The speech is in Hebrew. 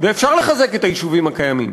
ואפשר לחזק את היישובים הקיימים.